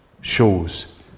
shows